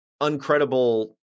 uncredible